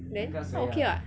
then 他 okay [what]